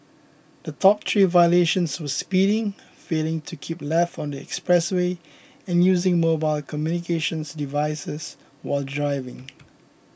the top three violations were speeding failing to keep left on the expressway and using mobile communications devices while driving